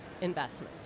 Investment